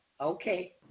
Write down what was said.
Okay